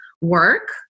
work